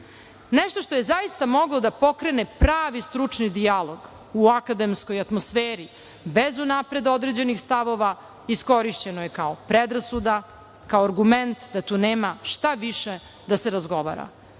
Nešto što je zaista moglo da pokrene pravi stručni dijalog u akademskoj atmosferi, bez unapred određenih stavova iskorišćeno je kao predrasuda, kao argument da tu nema šta više da se razgovara.